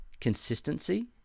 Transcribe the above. consistency